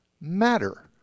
matter